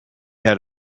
had